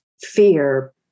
fear